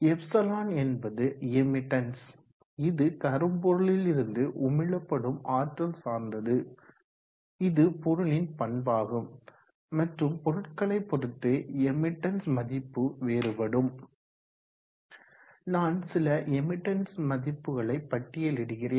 ∈ என்பது எமிட்டன்ஸ் இது கரும்பொருளிலிருந்து உமிழப்படும் ஆற்றல் சார்ந்தது இது பொருளின் பண்பாகும் மற்றும் பொருட்களை பொறுத்து எமிட்டன்ஸ் மதிப்பு வேறுபடும் நான் சில எமிட்டன்ஸ் மதிப்புகளை பட்டியலிடுகிறேன்